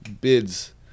bids